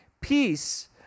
peace